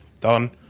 Done